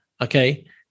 Okay